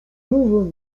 nouveau